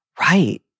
right